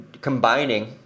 combining